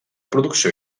producció